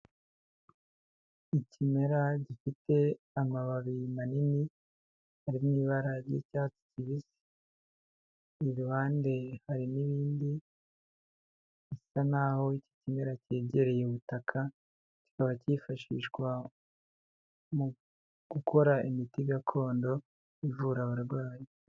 Ikimera gifite amababi manini, ari mu ibara ry'icyatsi kibisi, iruhande hari n'ibindi, bisa n'aho iki kimera cyegereye ubutaka, kikaba cyifashishwa mu gukora imiti gakondo, ivura abarwayi.